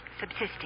subsisting